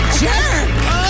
jerk